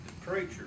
preacher